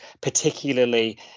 particularly